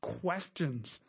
questions